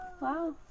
Wow